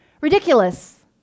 ridiculous